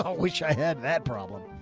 which i had that problem.